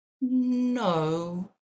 No